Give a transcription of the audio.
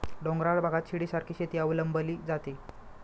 डोंगराळ भागात शिडीसारखी शेती अवलंबली जाते